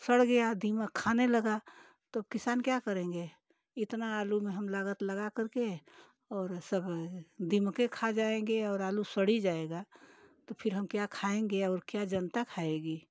सड़ गया दीमक खाने लगा तो किसान क्या करेंगे इतना आलू में हम लागत लगा करके और सब दीमके खा जाएँगे और आलू सड़ ही जाएगा तो फ़िर हम क्या खाएँगे और क्या जनता खाएगी